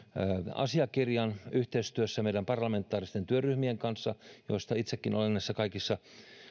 asiakirjan yhteistyössä meidän parlamentaaristen työryhmien kanssa joissa itsekin olen näissä kaikissa